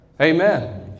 Amen